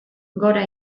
gora